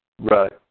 Right